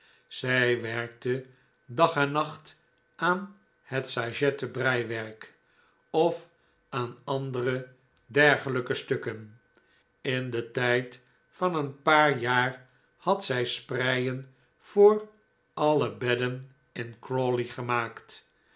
zij werkte dag en nacht aan het sajetten breiwerk of aan andere dergelijke stukken in den tijd van een paar jaar had zij spreien voor alle bedden in crawley gemaakt